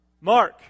Mark